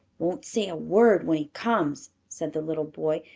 won't say a word when he comes, said the little boy.